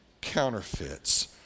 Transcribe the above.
counterfeits